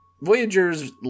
Voyagers